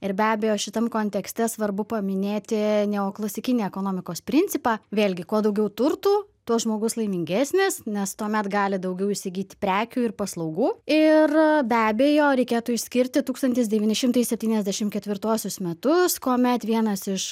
ir be abejo šitam kontekste svarbu paminėti neo klasikinį ekonomikos principą vėlgi kuo daugiau turtų tuo žmogus laimingesnis nes tuomet gali daugiau įsigyti prekių ir paslaugų ir be abejo reikėtų išskirti tūkstantis devyni šimtai septyniasdešim ketvirtuosius metus kuomet vienas iš